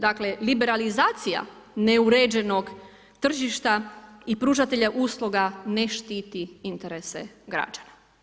Dakle, liberalizacije neuređenog tržišta i pružatelja usluga ne štiti interese građana.